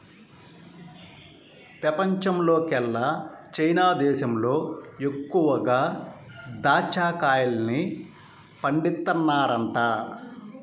పెపంచంలోకెల్లా చైనా దేశంలో ఎక్కువగా దాచ్చా కాయల్ని పండిత్తన్నారంట